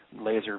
laser